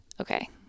okay